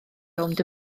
rownd